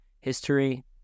History